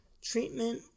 treatment